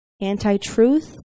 anti-truth